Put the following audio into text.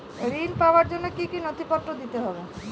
ঋণ পাবার জন্য কি কী নথিপত্র দিতে হবে?